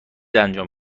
انجام